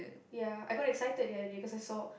ya I got excited ya because I saw